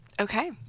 Okay